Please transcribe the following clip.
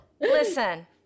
Listen